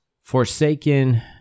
Forsaken